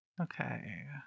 Okay